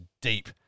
deep